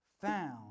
found